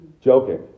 Joking